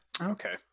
Okay